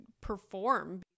perform